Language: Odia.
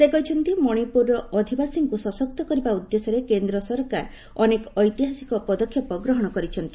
ସେ କହିଛନ୍ତି ମଣିପୁରର ଅଧିବାସୀଙ୍କୁ ସଶକ୍ତ କରିବା ଉଦ୍ଦେଶ୍ୟରେ କେନ୍ଦ୍ର ସରକାର ଅନେକ ଐତିହାସିକ ପଦକ୍ଷେପ ଗ୍ରହଣ କରିଛନ୍ତି